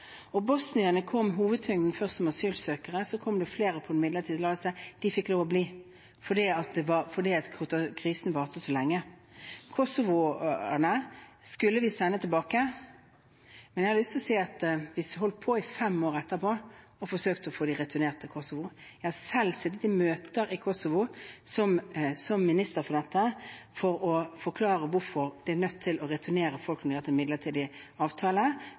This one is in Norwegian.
bosnierne kom hovedtyngden først som asylsøkere, så kom det flere på midlertidig tillatelse. De fikk lov til å bli fordi krisen varte så lenge. Kosoverne skulle vi sende tilbake. Men jeg har lyst til å si at vi holdt på i fem år etterpå og forsøkte å få dem returnert til Kosovo. Jeg har selv sittet i møter i Kosovo som minister for dette for å forklare hvorfor vi er nødt til å returnere folk når de er på midlertidig avtale,